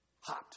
hot